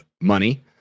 money